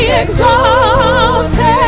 exalted